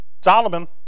Solomon